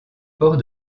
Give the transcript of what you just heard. port